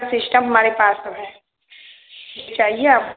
हर system हमारे पास सब है चाहिए आप